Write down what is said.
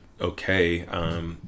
okay